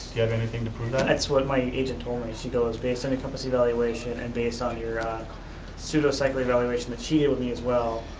you have anything to prove that? that's what my agent told me. she goes, based on your compass evaluation, and based on your pseudo-psycho evaluation that she gave but me as well,